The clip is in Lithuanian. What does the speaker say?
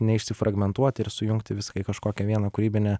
neišsifragmentuoti ir sujungti viską į kažkokią vieną kūrybinę